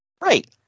Right